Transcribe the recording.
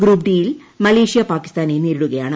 group D യിൽ Malaysia പാകിസ്ഥാനെ നേരിടുകയാണ്